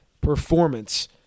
performance